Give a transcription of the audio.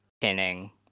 pinning